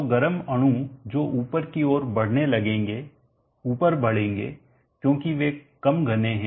तो गर्म अणु जो ऊपर की ओर बढ़ने लगेंगे ऊपर बढ़ेंगे क्योंकि वे कम घने हैं